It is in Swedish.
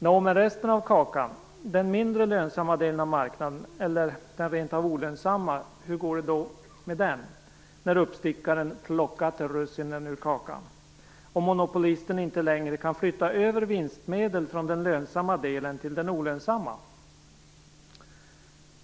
Nå, men resten av kakan, den mindre lönsamma delen av marknaden eller den rent av olönsamma - hur går det då med den när uppstickaren plockat russinen ur kakan och monopolisten inte längre kan flytta över vinstmedel från den lönsamma delen till den olönsamma?